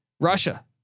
Russia